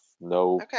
No